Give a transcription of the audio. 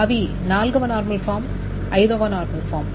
అవి 4 వ normal form 5 వ నార్మల్ ఫామ్ అని పిలువబడతాయి